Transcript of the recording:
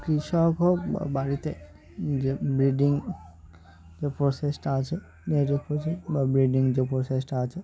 কৃষক হোক বা বাড়িতে যে ব্রিডিং যে প্রসেসটা আছে বা ব্রিডিং যে প্রসেসটা আছে